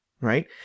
right